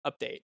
update